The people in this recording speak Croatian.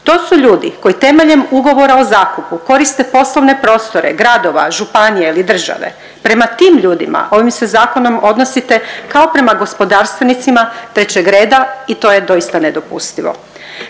To su ljudi koji temeljem ugovora o zakupu koriste poslovne prostore gradova, županija ili države prema tim ljudima ovim se zakonom odnosite kao prema gospodarstvenicima trećeg reda i to je doista nedopustivo.